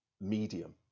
medium